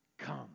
Come